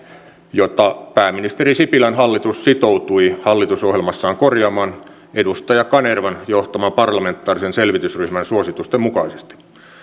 jota pääministeri sipilän hallitus sitoutui hallitusohjelmassaan korjaamaan edustaja kanervan johtaman parlamentaarisen selvitysryhmän suositusten mukaisesti